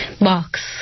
box